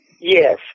Yes